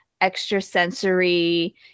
extrasensory